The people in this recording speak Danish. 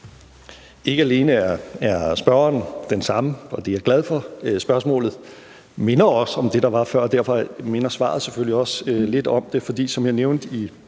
Ikke alene er spørgeren den samme – og det er jeg glad for – men spørgsmålet minder også om det, der var før, og derfor minder svaret selvfølgelig også lidt om det. For som jeg nævnte